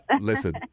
Listen